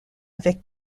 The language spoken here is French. avec